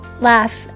laugh